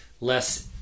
less